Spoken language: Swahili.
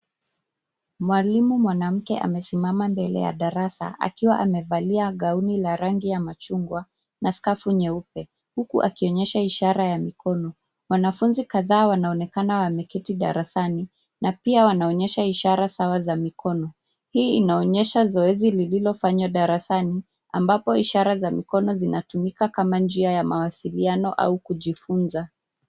Mwalimu mwanamke amesimama mbele ya darasa akiwa amevalia gauni la rangi ya machungwa na scarf nyeupe, huku akionyesha ishara ya mikono. Wanafunzi kadhaa wanaonekana wameketi darasani na pia wanaonyesha ishara sawa za mikono. Hii inaonyesha zoezi lililofanywa darasani, ambapo ishara za mikono zinatumika kama njia ya mawasiliano au kujifunza.